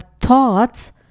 thoughts